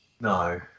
no